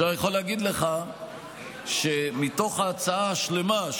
אני יכול להגיד לך שמתוך ההצעה השלמה,